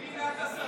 מי מינה את השרים?